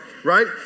right